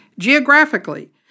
geographically